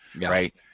right